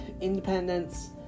independence